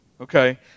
Okay